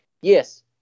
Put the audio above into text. yes